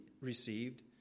received